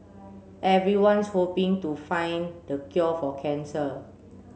everyone's hoping to find the cure for cancer